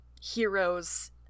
heroes